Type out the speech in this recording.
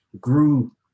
grew